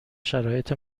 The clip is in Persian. شرایط